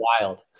wild